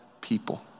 people